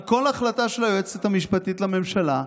על כל החלטה של היועצת המשפטית לממשלה,